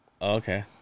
okay